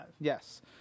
yes